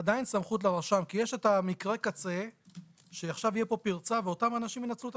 סמכות לרשם כי יש מקרי קצה שתהיה פרצה ואותם אנשים ינצלו אותה